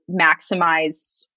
maximize